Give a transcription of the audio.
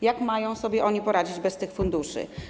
Jak mają sobie one poradzić bez tych funduszy?